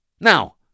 Now